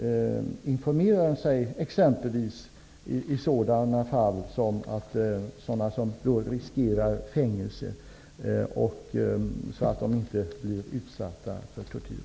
Informerar sig svenska ambassaden exempelvis om sådana fall där någon riskerar fängelse och bevakar att han inte blir utsatt för tortyr?